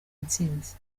intsinzi